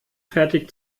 fertig